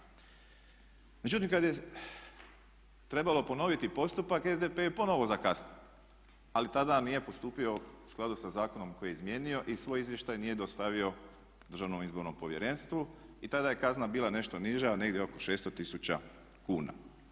Međutim, kad je trebalo ponoviti postupak SDP je ponovo zakasnio, ali tada nije postupio u skladu sa zakonom koji je izmijenio i svoj izvještaj nije dostavio Državnom izbornom povjerenstvu i tada je kazna bila nešto niža, negdje oko 600 tisuća kuna.